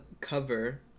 cover